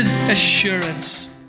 Assurance